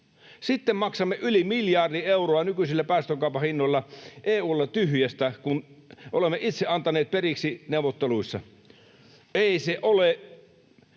Sitten maksamme yli miljardi euroa nykyisillä päästökaupan hinnoilla EU:lle tyhjästä, kun olemme itse antaneet periksi neuvotteluissa. Ei se ole